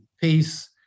peace